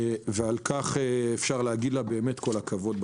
על כך אפשר להגיד לה באמת כל הכבוד.